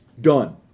Done